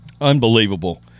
Unbelievable